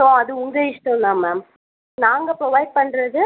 so அது உங்கள் இஷ்டம்தான் மேம் நாங்கள் ப்ரொவைட் பண்ணுறது